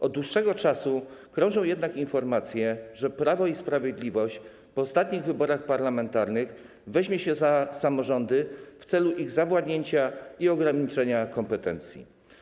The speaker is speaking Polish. Od dłuższego czasu krążą jednak informacje, że Prawo i Sprawiedliwość w ostatnich wyborach parlamentarnych weźmie się za samorządy w celu ich zawładnięcia i ograniczenia kompetencji.